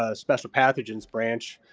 ah special pathogens branch,